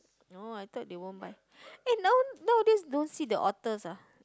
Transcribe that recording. oh I thought they won't bite eh now nowadays don't see the otters ah